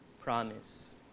promise